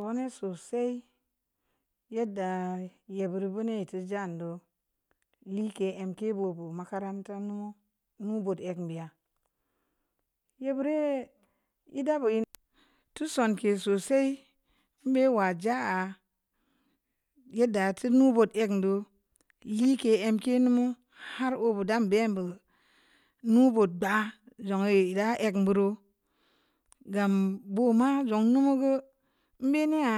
Vō nē sosai yēddə ye bureu bani jan dōo le'ke am ki bōobu makaranta nu nu bōot ang nne bi'a ye bure' ida bu yin tu' sonke' sosai me'e wa'a ja'a ye'ddə tunu bōot ae dō leke am ki ni mu har ogo dam bē'a bu nu bobad'a jung ē da əm bureu gam bama zəngə mu bu mini'a